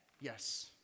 yes